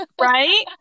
Right